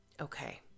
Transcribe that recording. okay